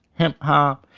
hip hop,